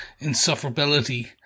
insufferability